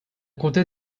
comptait